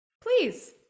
Please